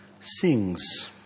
sings